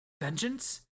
Vengeance